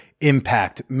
Impact